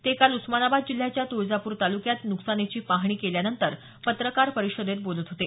ते काल उस्मानाबाद जिल्ह्याच्या तुळजापूर तालुक्यात नुकसानीची पाहणी केल्यानंतर पत्रकार परिषदेत बोलत होते